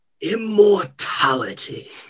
Immortality